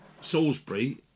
Salisbury